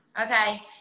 Okay